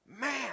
man